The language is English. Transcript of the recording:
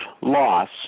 loss